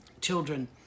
children